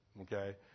Okay